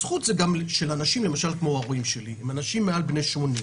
הזכות של אנשים, למשל כמו ההורים שלי שהם מעל 80,